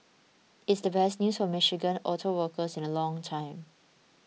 it's the best news for Michigan auto workers in a long time